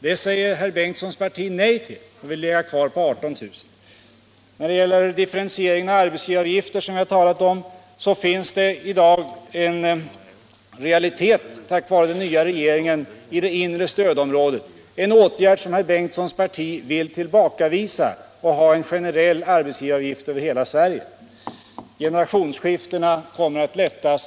Det säger herr Bengtssons parti nej till och vill behålla 18 000 som gräns. Differentieringen av arbetsgivaravgifterna, som vi talat om, är i dag tack vare den nya regeringen en realitet i det inre stödområdet — en åtgärd som herr Bengtssons parti vill upphäva för att införa en generell arbetsgivaravgift över hela Sverige. Vidare kommer förslag om hur generationsväxlingarna skall klaras lättare.